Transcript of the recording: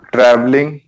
Traveling